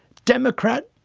democrat,